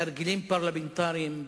תרגילים פרלמנטריים,